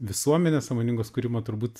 visuomenės sąmoningos kūrimo turbūt